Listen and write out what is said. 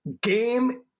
game